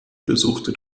besuchte